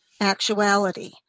actuality